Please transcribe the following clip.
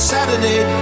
Saturday